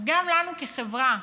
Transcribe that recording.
אז גם לנו כחברה,